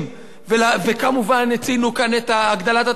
וכמובן, הציגו כאן את הגדלת התקציבים